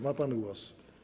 Ma pan głos.